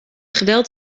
geweld